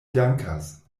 dankas